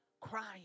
crying